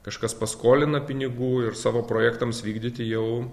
kažkas paskolina pinigų ir savo projektams vykdyti jau